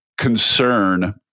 Concern